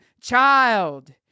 child